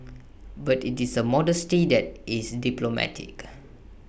but IT is A modesty that is diplomatic